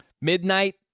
midnight